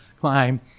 climb